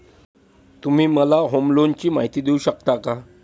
तुम्ही मला होम लोनची माहिती देऊ शकता का?